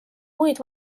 muid